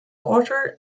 author